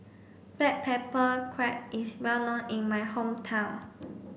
black pepper crab is well known in my hometown